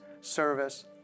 service